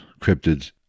cryptids